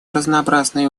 разнообразные